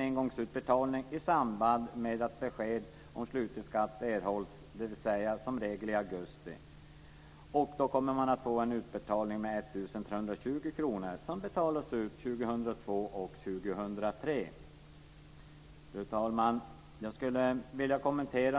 engångsutbetalning i samband med att besked om slutlig skatt erhålls, dvs. som regel i augusti. De kommer att få Fru talman! Det är några motioner som jag skulle vilja kommentera.